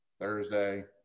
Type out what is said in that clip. Thursday